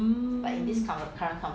mmhmm